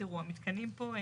המתקנים פה,